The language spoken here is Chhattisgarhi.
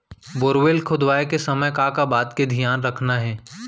बोरवेल खोदवाए के समय का का बात के धियान रखना हे?